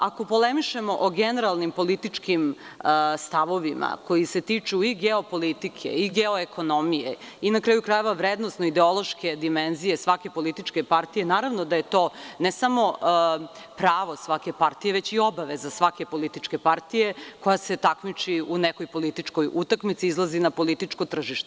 Ako polemišemo o generalnim političkim stavovima koji se tiču i geopolitike i geoekonomije i, na kraju krajeva, vrednosno ideološke dimenzije svake političke partije, naravno da je to ne samo pravo svake partije, već i obaveza svake političke partije koja se takmiči u nekoj političkoj utakmici i izlazi na političko tržište.